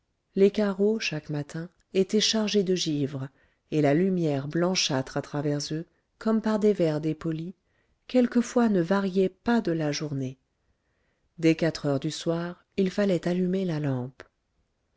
les carreaux chaque matin étaient chargés de givre et la lumière blanchâtre à travers eux comme par des verres dépolis quelquefois ne variait pas de la journée dès quatre heures du soir il fallait allumer la lampe